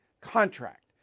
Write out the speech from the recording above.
contract